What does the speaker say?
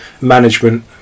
management